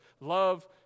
Love